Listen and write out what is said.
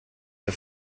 der